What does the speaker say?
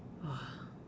!wah!